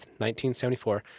1974